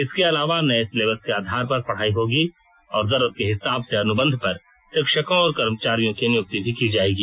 इसके अलावा नए सिलेबस के आधार पर पढ़ाई होगी और जरूरत के हिसाब से अनुबंध पर शिक्षकों और कर्मचारियों की नियुक्ति भी की जाएगी